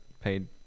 paid